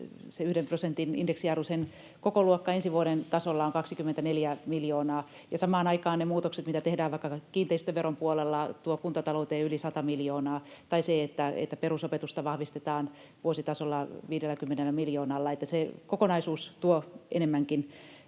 prosentin indeksiarvo, sen kokoluokka ensi vuoden tasolla on 24 miljoonaa. Samaan aikaan ne muutokset, mitä tehdään vaikka kiinteistöveron puolella, tuovat kuntatalouteen yli 100 miljoonaa. Perusopetusta vahvistetaan vuositasolla 50 miljoonalla. Se kokonaisuus tuo enemmänkin